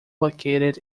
located